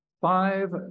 five